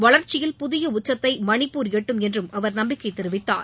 வளர்ச்சியில் புதிய உச்சத்தை மணிப்பூர் எட்டும் என்றும் அவர் நம்பிக்கை தெரிவித்தார்